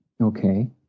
Okay